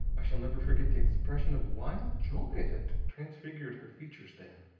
i shall never forget the expression of wild joy that transfigured her features then.